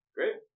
Great